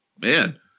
man